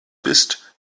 bist